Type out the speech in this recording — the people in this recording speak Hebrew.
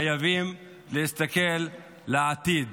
חייבים להסתכל לעתיד,